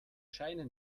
scheine